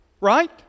right